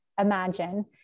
imagine